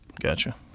Gotcha